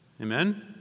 Amen